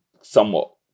somewhat